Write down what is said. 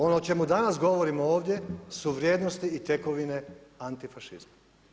Ovo o čemu danas govorimo ovdje su vrijednosti i tekovine antifašizma.